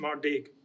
SmartDig